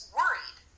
worried